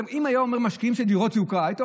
אם הוא היה אומר: משקיעים בדירות יוקרה,